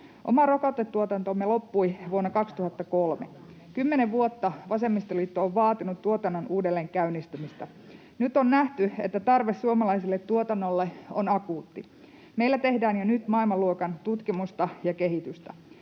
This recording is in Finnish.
Oma rokotetuotantomme loppui vuonna 2003. Kymmenen vuotta vasemmistoliitto on vaatinut tuotannon uudelleenkäynnistymistä. Nyt on nähty, että tarve suomalaiselle tuotannolle on akuutti. Meillä tehdään jo nyt maailmanluokan tutkimusta ja kehitystä.